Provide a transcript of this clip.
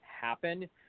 happen –